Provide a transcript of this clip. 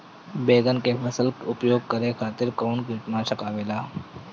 बैंगन के फसल में उपयोग करे खातिर कउन कीटनाशक आवेला?